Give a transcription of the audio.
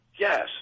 Yes